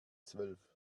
zwölf